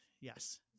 Yes